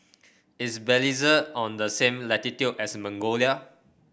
is Belize on the same latitude as Mongolia